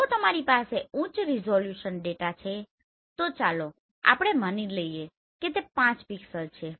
જો તમારી પાસે ઉચ્ચ રીઝોલ્યુશન ડેટા છે તો ચાલો આપણે માની લઈએ કે તે 5 પિક્સેલ્સ છે